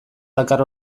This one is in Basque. dakar